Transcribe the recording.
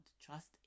trust